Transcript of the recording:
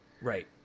Right